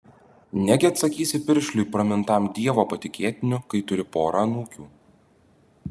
negi atsakysi piršliui pramintam dievo patikėtiniu kai turi porą anūkių